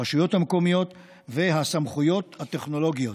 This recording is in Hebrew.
הרשויות המקומיות והסמכויות הטכנולוגיות,